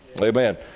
Amen